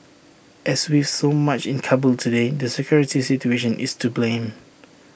as with so much in Kabul today the security situation is to blame